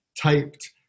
typed